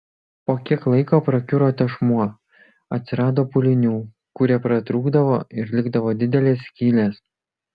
po kiek laiko prakiuro tešmuo atsirado pūlinių kurie pratrūkdavo ir likdavo didelės skylės